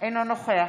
אינו נוכח